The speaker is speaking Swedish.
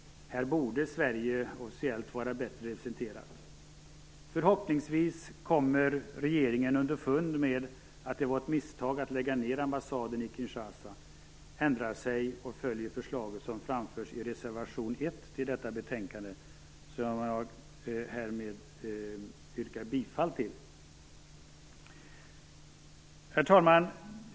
Sverige borde officiellt vara bättre representerat i området. Förhoppningsvis kommer regeringen underfund med att det var ett misstag att lägga ned ambassaden i Kinshasa, ändrar sig och följer det förslag som framförs i reservation nr 1 till detta betänkande, vilken jag härmed yrkar bifall till. Herr talman!